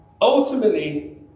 Ultimately